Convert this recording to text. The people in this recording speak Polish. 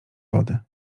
wody